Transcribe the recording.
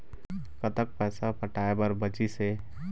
कतक पैसा पटाए बर बचीस हे?